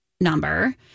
number